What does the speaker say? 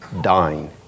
dying